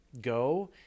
go